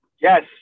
Yes